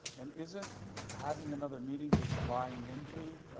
and isn't having another meeting just buying into